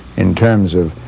in terms of